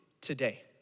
today